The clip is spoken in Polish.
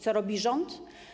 Co robi rząd?